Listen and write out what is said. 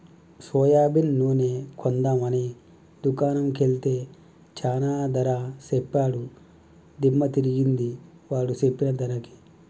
soybean నూనె కొందాం అని దుకాణం కెల్తే చానా ధర సెప్పాడు దిమ్మ దిరిగింది వాడు సెప్పిన ధరకి